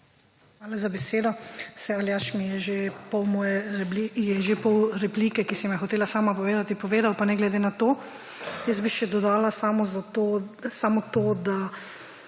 Hvala za besedo. Saj Aljaž je že pol replike, ki sem jo hotela sama povedati, povedal. Pa ne glede na to. Jaz bi še dodala samo to, da